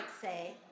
say